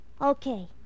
Okay